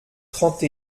trente